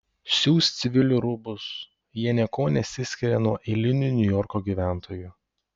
siūs civilių rūbus jie niekuo nesiskiria nuo eilinių niujorko gyventojų